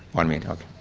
one minute, okay.